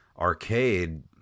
Arcade